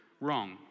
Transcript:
wrong